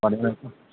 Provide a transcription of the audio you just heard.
भनेर